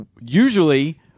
usually